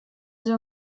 sie